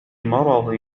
مرض